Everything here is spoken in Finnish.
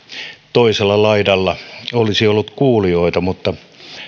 toisella laidalla olisi ollut kuulijoita mutta